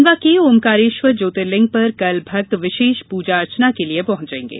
खंडवा के ओंकारेश्वर ज्योतिर्लिंग पर कल भक्त विशेष प्रजा अर्चना के लिये पहंचेंगे